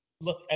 Look